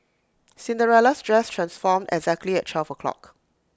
Cinderella's dress transformed exactly at twelve o'clock